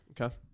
Okay